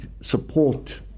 support